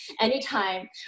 anytime